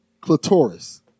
Clitoris